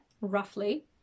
roughly